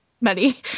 money